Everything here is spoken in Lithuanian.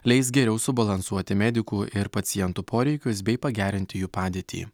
leis geriau subalansuoti medikų ir pacientų poreikius bei pagerinti jų padėtį